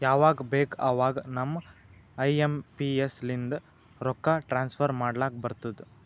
ಯವಾಗ್ ಬೇಕ್ ಅವಾಗ ನಾವ್ ಐ ಎಂ ಪಿ ಎಸ್ ಲಿಂದ ರೊಕ್ಕಾ ಟ್ರಾನ್ಸಫರ್ ಮಾಡ್ಲಾಕ್ ಬರ್ತುದ್